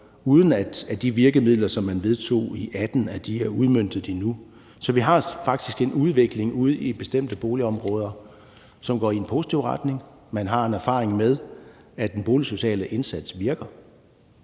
uden at de virkemidler, som man vedtog i 2018, er udmøntet endnu. Så vi har faktisk en udvikling ude i bestemte boligområder, som går i en positiv retning. Man har en erfaring med, at den boligsociale indsats virker.